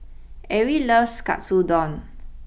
Erie loves Katsu Don